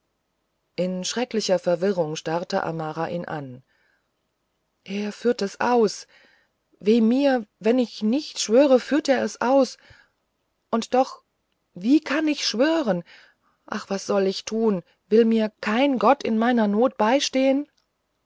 in schrecklicher verwirrung starrte amara ihn an er führt es aus weh mir wenn ich nicht schwöre führt er's aus und doch wie kann ich schwören ach was soll ich tun will mir kein gott in meiner not beistehen